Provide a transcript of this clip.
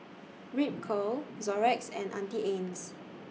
Ripcurl Xorex and Auntie Anne's